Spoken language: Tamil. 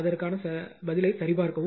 8 சரிபார்க்கவும்